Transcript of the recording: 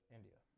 India